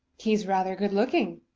he's rather good-looking.